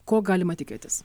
ko galima tikėtis